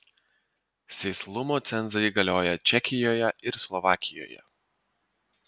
sėslumo cenzai galioja čekijoje ir slovakijoje